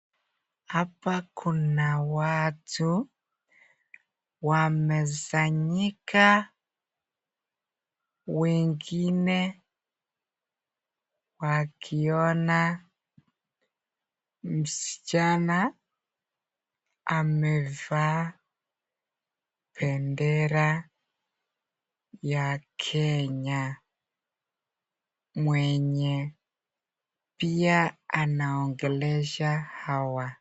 Hapa kuna watu wamesanyika wengine wakiona msichana amevaa bendera ya Kenya, mwenye pia anaongelesha hawa.